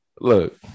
look